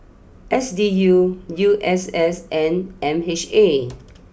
S D U U S S and M H A